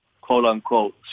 quote-unquote